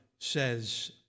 says